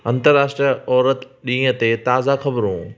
अंतर्राष्ट्रीय औरत ॾींहं ते ताज़ा ख़बरूं